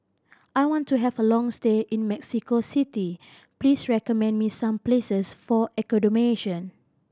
I want to have a long stay in Mexico City please recommend me some places for accommodation